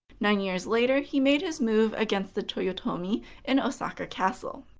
nine years later, he made his move against the toyotomi in osaka castle.